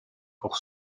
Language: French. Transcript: pour